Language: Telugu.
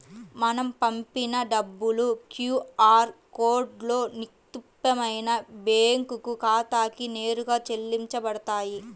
మనం పంపిన డబ్బులు క్యూ ఆర్ కోడ్లో నిక్షిప్తమైన బ్యేంకు ఖాతాకి నేరుగా చెల్లించబడతాయి